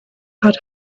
had